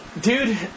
dude